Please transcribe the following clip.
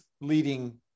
leading